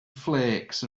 flakes